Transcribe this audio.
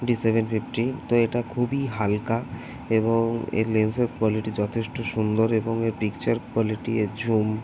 D seven fifteen তো এটা খুবই হালকা এবং এর লেন্স অফ কোয়ালিটি যথেষ্ট সুন্দর এবং এর পিকচার কোয়ালিটি এ জুম